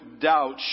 doubt